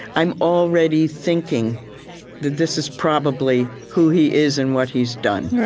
i'm already thinking that this is probably who he is and what he's done.